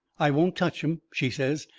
i won't touch em, she says.